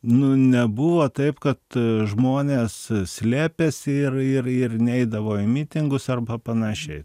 nu nebuvo taip kad žmonės slepėsi ir ir ir neidavo į mitingus arba panašiai